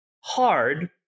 hard